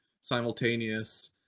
simultaneous